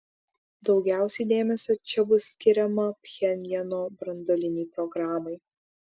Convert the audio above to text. daugiausiai dėmesio čia bus skiriama pchenjano branduolinei programai